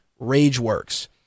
RageWorks